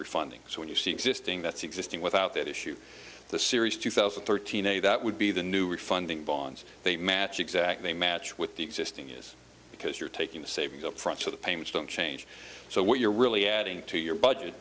we're funding so when you see existing that's existing without that issue the series two thousand and thirteen a that would be the new refunding bonds they match exactly match with the existing is because you're taking the savings up front so the payments don't change so what you're really adding to your budget